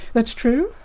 that's true,